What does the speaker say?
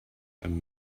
and